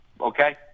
okay